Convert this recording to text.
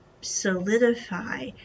solidify